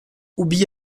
obéis